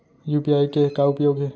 UPI के का उपयोग हे?